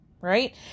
Right